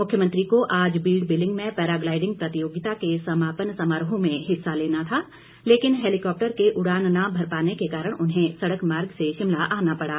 मुख्यमंत्री को आज बीड़ बिलिंग में पैराग्लाईडिंग प्रतियोगिता के समापन समारोह में हिस्सा लेना था लेकिन हैलीकॉप्टर के उड़ान न भर पाने के कारण उन्हें सड़क मार्ग से शिमला आना पड़ा